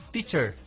Teacher